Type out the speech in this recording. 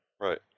Right